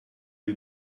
you